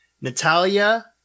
Natalia